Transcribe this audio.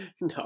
no